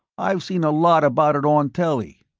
i've seen a lot about it on telly.